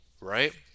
right